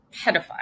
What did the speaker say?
pedophile